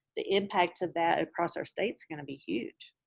the impact of that across our state's going to be huge.